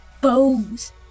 bows